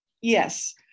Yes